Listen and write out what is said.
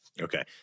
Okay